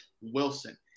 Wilson